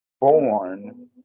born